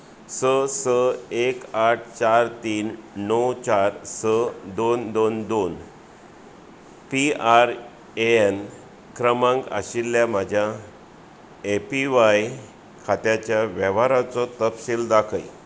स स एक आठ चार तीन णव चार स दोन दोन दोन पी आर ए एन क्रमांक आशिल्ल्या म्हज्या ए पी व्हाय खात्याच्या वेव्हाराचो तपशील दाखय